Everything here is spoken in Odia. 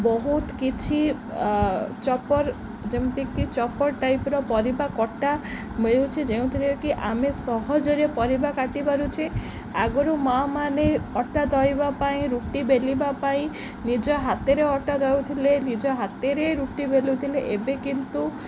ବହୁତ କିଛି ଚପର ଯେମିତିକି ଚପର ଟାଇପ୍ର ପରିବା କଟା ମିଳୁଛି ଯେଉଁଥିରେ କି ଆମେ ସହଜରେ ପରିବା କାଟିପାରୁଛେ ଆଗୁରୁ ମାଆ ମାନେ ଅଟା ଦଳିବା ପାଇଁ ରୁଟି ବେଲିବା ପାଇଁ ନିଜ ହାତରେ ଅଟା ଦଳୁ ଥିଲେ ନିଜ ହାତରେ ରୁଟି ବେଲୁ ଥିଲେ ଏବେ କିନ୍ତୁ